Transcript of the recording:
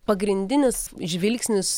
pagrindinis žvilgsnis